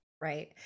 right